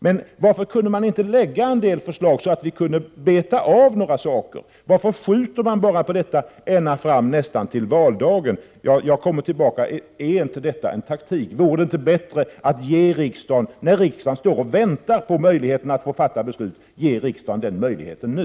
Men varför kan man inte lägga fram en del förslag så att vi kunde beta av några saker? Varför skjuter man detta nästan ända fram till valdagen? Är inte detta taktik? Riksdagen står och väntar på möjligheten att fatta beslut. Vore det inte bättre att ge den möjligheten nu?